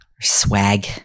Swag